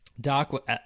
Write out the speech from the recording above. Doc